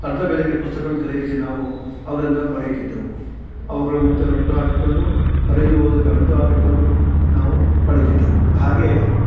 ಅರ್ಧ ಬೆಲೆಗೆ ಪುಸ್ತಕಗಳನ್ನು ಖರೀದಿಸಿ ನಾವು ಅವರಿಂದ ಪಡೆಯುತ್ತಿದ್ದೆವು ಅವ್ಗಳ ಮತ್ತೆ ರಟ್ಟು ಹಾಕಿಕೊಂಡು ಹರಿದು ಹೋದ ಗಂಟು ಹಾಕಿಕೊಂಡು ನಾವು ಪಡೀತಿದ್ದೆವು ಹಾಗೇ